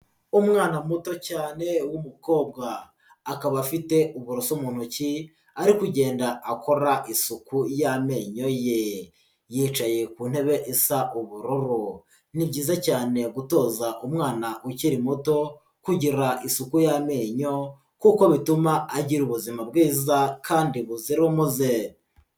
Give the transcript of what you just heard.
Umwana muto cyane w'umukobwa, akaba afite uburoso mu ntoki, ari kugenda akora isuku y'amenyo ye, yicaye ku ntebe isa ubururu. Ni byiza cyane gutoza umwana ukiri muto kugira isuku y'amenyo kuko bituma agira ubuzima bwiza kandi buzira umuze.